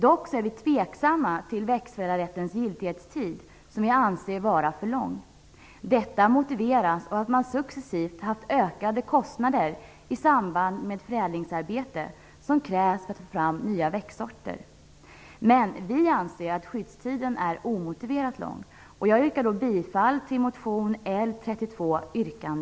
Dock är vi tveksamma till växtförädlarrättens giltighetstid som vi anser vara för lång. Detta motiveras av att man successivt haft ökade kostnader i samband med förädlingsarbete som krävs för att få fram nya växtsorter. Men vi anser att skyddstiden är omotiverat lång.